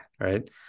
right